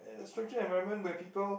a structured environment where people